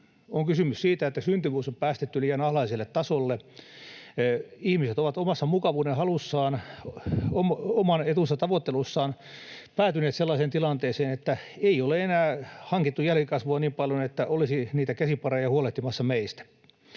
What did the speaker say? On kysymys siitä, että syntyvyys on päästetty liian alhaiselle tasolle. Ihmiset ovat omassa mukavuudenhalussaan ja oman etunsa tavoittelussaan päätyneet sellaiseen tilanteeseen, että ei ole enää hankittu jälkikasvua niin paljon, että olisi niitä käsipareja huolehtimassa meistä.